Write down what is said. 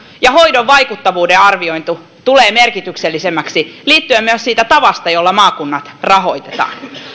ja hoidon vaikuttavuuden arviointi tulee merkityksellisemmäksi johtuen myös siitä tavasta jolla maakunnat rahoitetaan